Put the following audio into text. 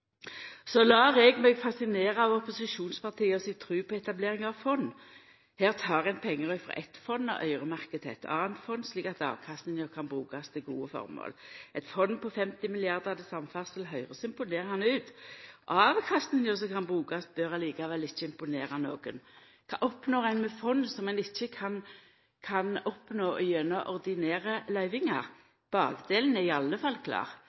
Så lèt eg meg fascinera av opposisjonspartia si tru på etablering av fond. Her tek ein pengar frå eitt fond og øyremerkjer til eit anna fond, slik at avkastinga kan brukast til gode formål. Eit fond på 50 mrd. kr til samferdsel høyrest imponerande ut. Avkastinga som kan brukast, bør likevel ikkje imponera nokon. Kva oppnår ein med fond som ein ikkje kan oppnå gjennom ordinære løyvingar? Ulempa er i alle fall klar;